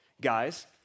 Guys